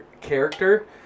character